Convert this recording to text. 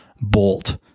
bolt